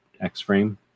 X-frame